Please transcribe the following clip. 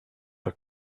are